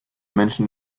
menschen